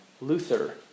Luther